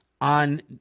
on